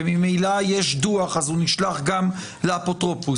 וממילא יש דו"ח שנשלח לאפוטרופוס,